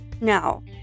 now